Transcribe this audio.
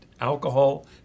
alcohol